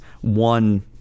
one